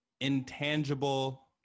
intangible